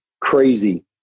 crazy